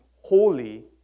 holy